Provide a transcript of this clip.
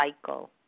cycle